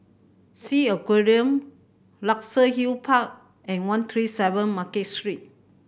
Sea Aquarium Luxus Hill Park and one three seven Market Street